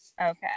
Okay